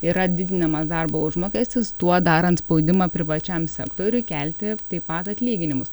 yra didinamas darbo užmokestis tuo darant spaudimą privačiam sektoriui kelti taip pat atlyginimus